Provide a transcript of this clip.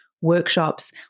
workshops